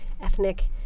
ethnic